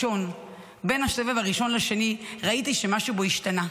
בבין הסבב הראשון לשני ראיתי שמשהו בו השתנה,